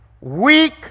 Weak